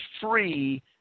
free